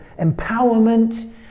empowerment